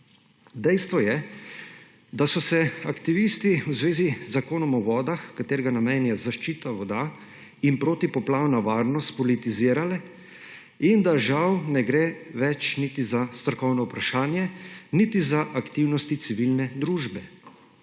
Dejstvo je, da so se aktivnosti v zvezi z Zakonom o vodah, katerega namen je zaščita voda in protipoplavna varnost, spolitizirale in da žal ne gre več niti za strokovno vprašanje niti za aktivnosti civilne družbe.